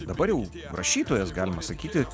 dabar jau rašytojas galima sakyti